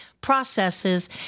processes